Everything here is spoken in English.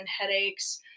headaches